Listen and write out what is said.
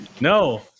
No